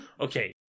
Okay